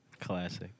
Classic